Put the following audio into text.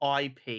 IP